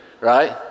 right